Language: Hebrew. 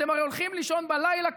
אתם הרי הולכים לישון בלילה,